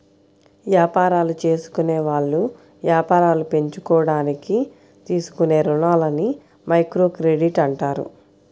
యాపారాలు జేసుకునేవాళ్ళు యాపారాలు పెంచుకోడానికి తీసుకునే రుణాలని మైక్రోక్రెడిట్ అంటారు